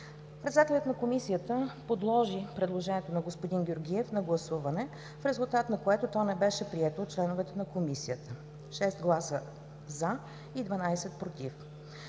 Председателят на комисията подложи предложението на господин Георгиев на гласуване, в резултат на което то не беше прието от членовете на Комисията – 6 гласа „за“ и 12 „против“.